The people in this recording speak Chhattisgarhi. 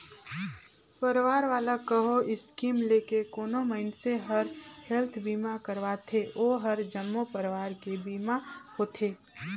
परवार वाला कहो स्कीम लेके कोनो मइनसे हर हेल्थ बीमा करवाथें ओ हर जम्मो परवार के बीमा होथे